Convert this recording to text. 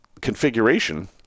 configuration